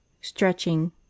stretching